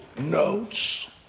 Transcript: notes